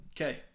Okay